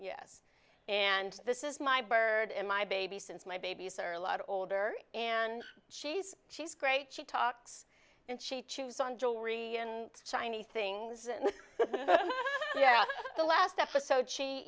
yes and this is my bird in my baby since my babies are a lot older and she's she's great she talks and she chews on jewelry and shiny things and the last episode she